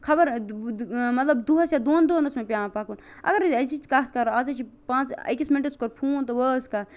خَبر دۄہَس دۄن دۄہَن اوس مےٚ پیٚوان پَکُن اگر أزِچ کتھ أزِچ پانٛژھ أکِس مِنٹَس کوٚر فون تہٕ وٲژ کتھ